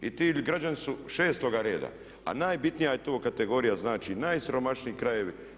I ti građani su 6.-ga reda a najbitnija je to kategorija, znači najsiromašniji krajevi.